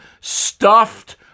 Stuffed